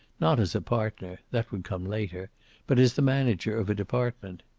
not as a partner that would come later but as the manager of a department.